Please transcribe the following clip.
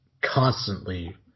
constantly